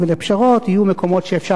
יהיו מקומות שאפשר יהיה להחריג,